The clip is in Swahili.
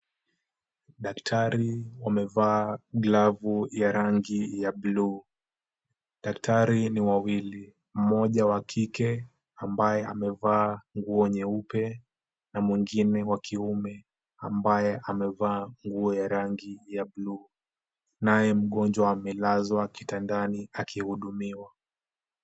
Daktari wamevaa glavu ya rangi ya buluu. Daktari ni wawili: mmoja wa kike ambaye amevaa nguo nyeupe, na mwingine wa kiume ambaye amevaa nguo ya rangi ya buluu. Naye mgonjwa amelazwa kitandani akihudumiwa.